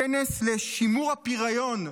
הכנס לשימור הפריון,